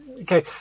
Okay